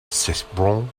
cesbron